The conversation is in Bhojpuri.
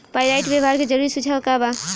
पाइराइट व्यवहार के जरूरी सुझाव का वा?